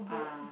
uh